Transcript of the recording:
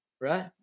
right